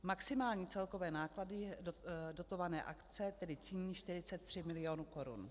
Maximální celkové náklady dotované akce tedy činí 43 milionů korun.